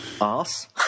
Ass